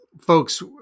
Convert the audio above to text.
folks